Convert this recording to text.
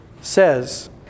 says